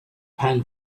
pan